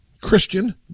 Christian